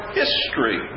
history